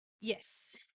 Yes